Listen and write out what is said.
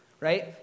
right